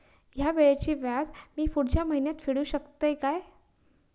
हया वेळीचे व्याज मी पुढच्या महिन्यात फेड करू शकतय काय?